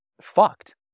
fucked